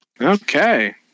Okay